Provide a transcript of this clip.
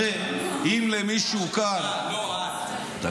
הרי אם למישהו כאן, מה שנקרא, לא, את.